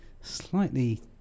slightly